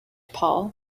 paul